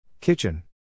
Kitchen